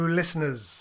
listeners